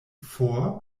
for